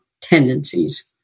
tendencies